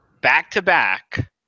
back-to-back